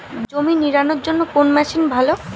জমি নিড়ানোর জন্য কোন মেশিন ভালো?